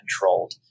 controlled